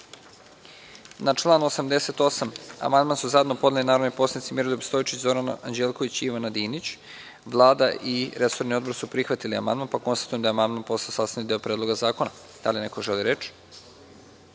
Ne. Na član 88. amandman su zajedno podneli narodni poslanici Miroljub Stojčić, Zoran Anđelković i Ivana Dinić. Vlada i resorni Odbor su prihvatili amandman. Konstatujem da je amandman postao sastavni deo Predloga zakona. Da li neko želi reč?